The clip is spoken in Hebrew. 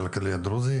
והצ'רקסיים.